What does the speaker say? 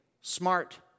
smart